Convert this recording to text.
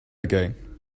again